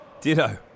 Ditto